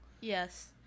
Yes